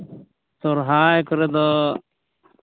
ᱥᱚᱦᱨᱟᱭ ᱠᱚᱨᱮ ᱫᱚ